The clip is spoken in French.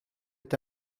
est